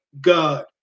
God